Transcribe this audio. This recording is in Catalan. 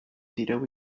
tireu